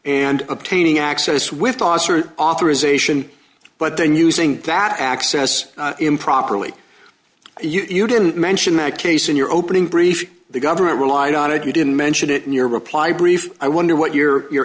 and obtaining access with boss or authorization but then using that access improperly you didn't mention that case in your opening brief the government relied on it you didn't mention it in your reply brief i wonder what your your